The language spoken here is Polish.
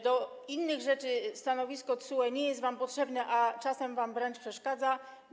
Do innych rzeczy stanowisko TSUE nie jest wam potrzebne, a czasem wam wręcz przeszkadza.